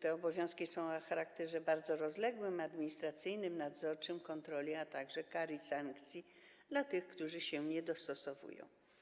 to są obowiązki o charakterze bardzo rozległym, administracyjnym, nadzorczym, kontrolnym, a także kary i sankcje dla tych, którzy się nie dostosowują.